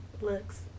Looks